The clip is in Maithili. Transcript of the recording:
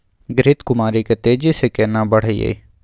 घृत कुमारी के तेजी से केना बढईये?